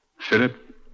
Philip